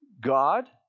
God